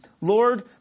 Lord